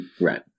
Right